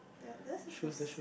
that list is this